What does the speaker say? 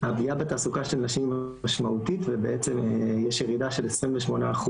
הפגיעה בתעסוקה של נשים היא משמעותית ובעצם יש ירידה של 28%